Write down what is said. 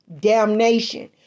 damnation